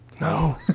No